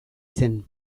zen